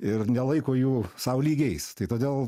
ir nelaiko jų sau lygiais tai todėl